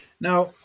Now